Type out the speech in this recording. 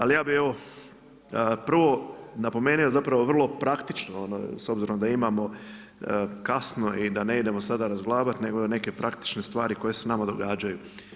Ali ja bih evo prvo napomenuo zapravo vrlo praktično s obzirom da imamo kasno i da ne idemo sada razglabati, nego da neke praktične stvari koje se nama događaju.